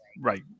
right